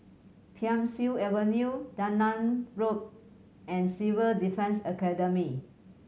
Thiam Siew Avenue Dunman Road and Civil Defence Academy